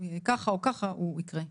ככה או ככה הוא יקרה.